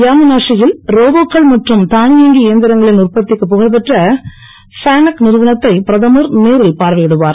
Yamanashi யில் ரோபோக்கள் மற்றும் தானியங்கி இயந்திரங்களின் உற்பத்திக்கு புகழ்பெற்ற ஃபேனக் நிறுவனத்தை பிரதமர் நேரில் பார்வையிடுவார்